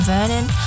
Vernon